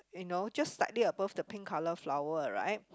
you know just slightly above the pink colour flower right